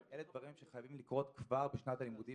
אבל אלה דברים שחייבים לקרות כבר בשנת הלימודים